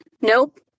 nope